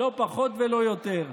לא פחות ולא יותר.